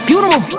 Funeral